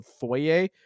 foyer